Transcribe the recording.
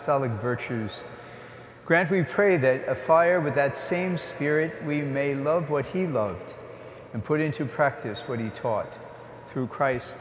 telling virtues grant we pray that a fire with that same spirit we may love what he logged and put into practice what he taught through christ